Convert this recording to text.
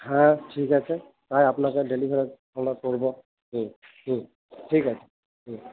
হ্যাঁ ঠিক আছে আর আপনাকে ডেলিভার আমরা করবো হুম হুম ঠিক আছে হুম